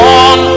on